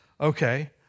okay